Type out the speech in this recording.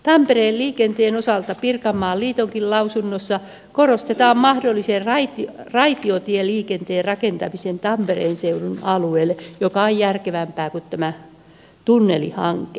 tampereen liikenteen osalta pirkanmaan liitonkin lausunnossa korostetaan mahdollisen raitiotieliikenteen rakentamista tampereen seudun alueelle mikä on järkevämpää kuin tunnelihanke